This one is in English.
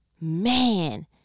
Man